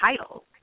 title